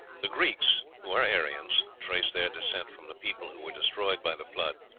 the greeks, who are aryans, traced their descent from the people who were destroyed by the flood,